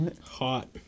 hot